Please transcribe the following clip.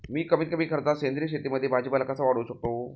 मी कमीत कमी खर्चात सेंद्रिय शेतीमध्ये भाजीपाला कसा वाढवू शकतो?